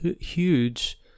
huge